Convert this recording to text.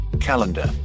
calendar